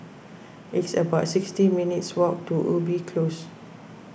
it's about sixty minutes' walk to Ubi Close